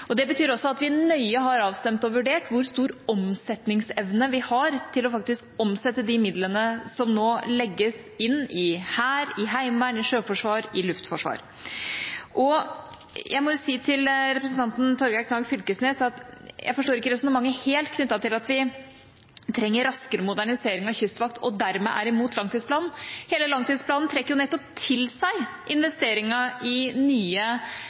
Det betyr også at vi nøye har avstemt og vurdert hvor stor omsetningsevne vi har når det gjelder faktisk å omsette de midlene som nå legges inn i Hæren, i Heimevernet, i Sjøforsvaret og i Luftforsvaret. Jeg må jo si til representanten Torgeir Knag Fylkesnes at jeg ikke helt forstår resonnementet knyttet til at vi trenger raskere modernisering av Kystvakten, og dermed er man imot langtidsplanen. Hele langtidsplanen trekker nettopp til seg investeringen i nye